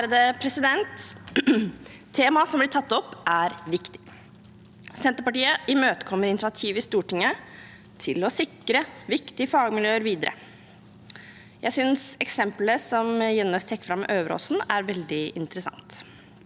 Temaet som blir tatt opp, er viktig. Senterpartiet imøtekommer initiativet i Stortinget til å sikre viktige fagmiljøer videre. Jeg synes eksempelet som Jønnes tar fram om Øveraasen, er veldig interessant.